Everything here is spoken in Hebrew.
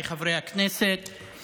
חבריי חברי הכנסת,